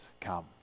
come